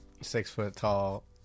six-foot-tall